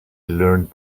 learned